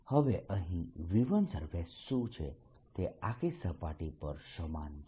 હવે અહીં V1s શું છે તે આખી સપાટી પર સમાન છે